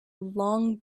long